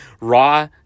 raw